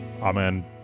Amen